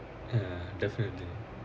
ya definitely